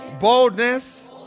boldness